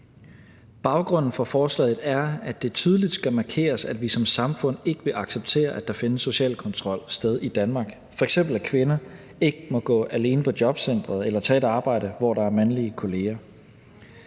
Baggrunden for forslaget er, at det tydeligt skal markeres, at vi som samfund ikke vil acceptere, at der finder social kontrol sted i Danmark, f.eks. at kvinder ikke må gå alene på jobcentret eller tage et arbejde, hvor der er mandlige kolleger.